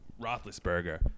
Roethlisberger